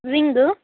ring